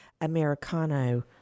Americano